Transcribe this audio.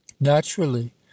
Naturally